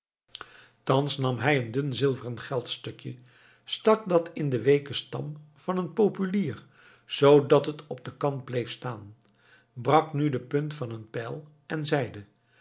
thans nam hij een dun zilveren geldstukje stak dat in den weeken stam van een populier zoodat het op den kant bleef staan hij brak nu de punt van een pijl en zeide